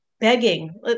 begging